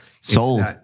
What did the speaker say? Sold